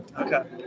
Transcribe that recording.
Okay